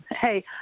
Hey